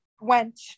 went